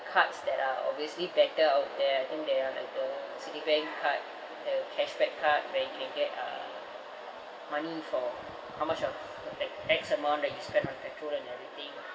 cards that are obviously better out there I think there are like the citibank card the cashback card where you can get uh money for how much of like X amount that you spent on petrol and everything